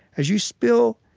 as you spill,